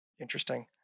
interesting